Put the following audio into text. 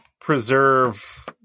preserve